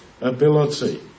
ability